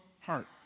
heart